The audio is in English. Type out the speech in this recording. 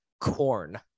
Corn